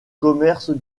commerce